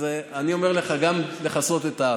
אז אני אומר לך: לכסות גם את האף.